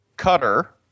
Cutter